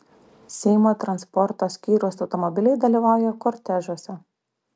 seimo transporto skyriaus automobiliai dalyvauja kortežuose